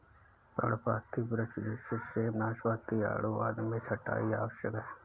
पर्णपाती वृक्ष जैसे सेब, नाशपाती, आड़ू आदि में छंटाई आवश्यक है